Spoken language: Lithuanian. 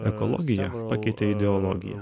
ekologija pakeitė ideologiją